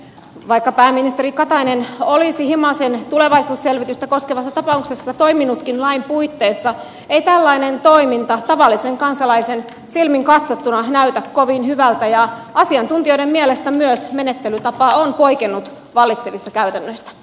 vaikka pääministeri katainen olisi himasen tulevaisuusselvitystä koskevassa tapauksessa toiminutkin lain puitteissa ei tällainen toiminta tavallisen kansalaisen silmin katsottuna näytä kovin hyvältä ja asiantuntijoiden mielestä myös menettelytapa on poikennut vallitsevista käytännöistä